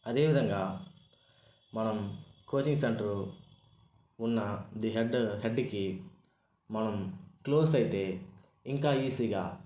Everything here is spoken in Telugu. అదేవిధంగా మనం కోచింగ్ సెంటరు ఉన్నా ది హెడ్ హెడ్కి మనం క్లోజ్ అయితే ఇంకా ఈజీగా